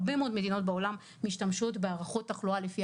הרבה מאוד מדינות בעולם משתמשות בהערכות תחלואה לפי